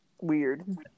weird